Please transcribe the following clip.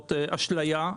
זאת אשליה,